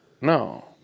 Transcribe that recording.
No